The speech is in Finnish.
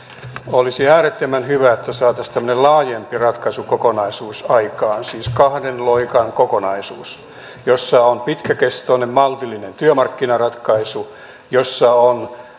olisi äärettömän hyvä että saataisiin tämmöinen laajempi ratkaisukokonaisuus aikaan siis kahden loikan kokonaisuus jossa on pitkäkestoinen maltillinen työmarkkinaratkaisu jossa on